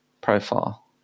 profile